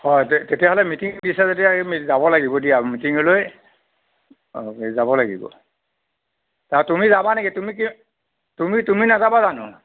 হয় তেতিয়াহ'লে মিটিং দিছা যেতিয়া যাব লাগিব দিয়া মিটিংলৈ যাব লাগিব তুমি যাবা নেকি তুমি কি তুমি তুমি নাযাবা জানো